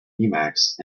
emacs